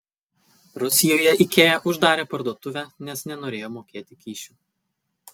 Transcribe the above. rusijoje ikea uždarė parduotuvę nes nenorėjo mokėti kyšių